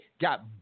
got